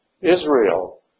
Israel